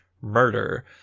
murder